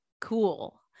cool